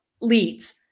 leads